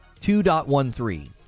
2.13